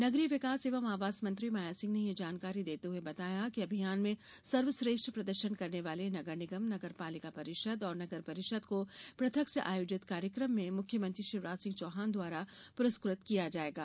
नगरीय विकास एवं आवास मंत्री माया सिंह ने यह जानकारी देते हुए बताया है कि अभियान में सर्वश्रेष्ठ प्रदर्शन करने वाले नगर निगम नगर पालिका परिषद और नगर परिषद को पृथक से आयोजित कार्यक्रम में मुख्यमंत्री शिवराज सिंह चौहान द्वारा पुरस्कृत किया जायेगा